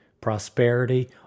prosperity